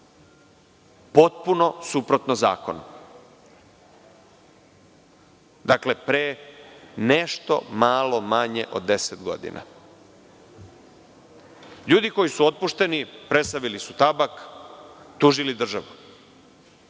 Potpuno suprotno zakonu. Dakle, pre nešto malo manje od 10 godina. Ljudi koji su otpušteni presavili su tabak tužili državu.